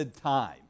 time